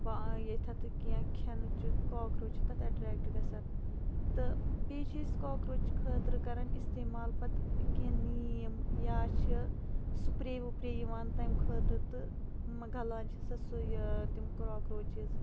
ییٚتیٚتھ کینٛہہ کھیٚنہٕ چیٖز کاکروچ چھُ تَتھ اَٹریٚکٹ گَژھان تہٕ بییٚہِ چھِ أسۍ کاکروچ خٲطرٕ کَران اِستِمعال پَتہٕ کینٛہہ نیٖم یا چھِ سُپرے وُپرے یِوان تمہِ خٲطرٕ تہٕ گَلان چھِ سۄ سُہ تِم کراکروچِز